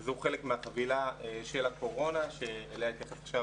זה חלק מהחבילה של הקורונה שאליה התייחס עכשיו